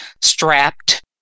Strapped